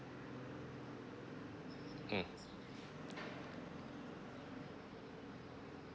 mm